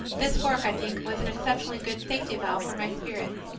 this work, i think, was an exceptionally good safety valve, for my spirits,